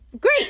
great